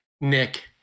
Nick